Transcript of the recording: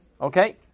Okay